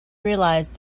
realized